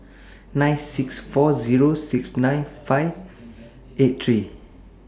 nine six four Zero six nine Zero five eight three